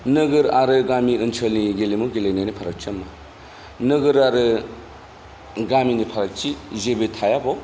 नोगोर आरो गामि ओनसोलनि गेलेमु गेलेनायनि फारागथिया मा नोगोर आरो गामिनि फारागथि जेबो थाया बाव